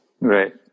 Right